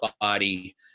body